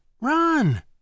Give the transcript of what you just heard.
run